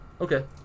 okay